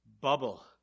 bubble